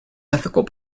ethical